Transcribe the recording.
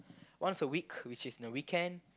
once a week which is in the weekend